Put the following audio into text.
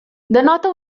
denota